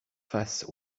face